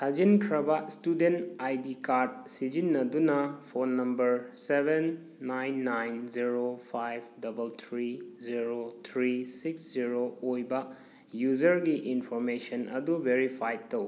ꯊꯥꯖꯤꯟꯈ꯭ꯔꯕ student I D card ꯁꯤꯖꯤꯟꯅꯗꯨꯅ phone number seven nine nine zero five double three zero three six zero ꯑꯣꯏꯕ ꯌꯨꯖꯔꯒꯤ information ꯑꯗꯨ verify ꯇꯧ